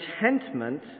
contentment